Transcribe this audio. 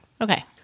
Okay